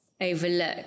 overlook